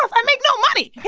i make no money.